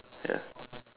ya